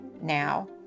Now